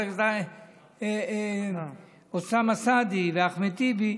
חבר הכנסת אוסאמה סעדי וחבר הכנסת אחמד טיבי,